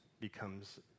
becomes